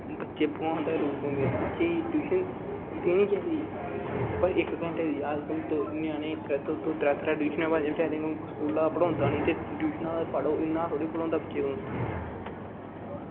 बच्चे भगवान दा रूप होंदे न बच्चें गी ट्यूशन देना चाहिदी पर इक्क घैंटे दी पर अज्जकल ञ्यानें गी दौं दौं त्रैऽ त्रैऽ घैंटे दी ट्यूशन ते स्कूलै दा पढ़ोंदा निं ते ट्यूशनां दा पढ़ो हैनी पढ़ोंदा